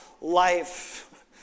life